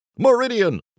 Meridian